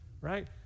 right